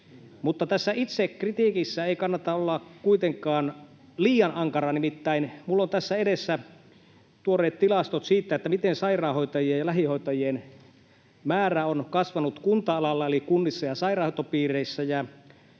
Mutta tässä itsekritiikissä ei kannata olla kuitenkaan liian ankara. Nimittäin minulla on tässä edessä tuoreet tilastot siitä, miten sairaanhoitajien ja lähihoitajien määrä on kasvanut kunta-alalla eli kunnissa ja sairaanhoitopiireissä.